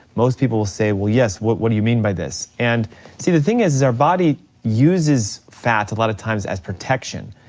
most people will say, well yes, but what do you mean by this? and see, the thing is is our body uses fat a lot of times as protection,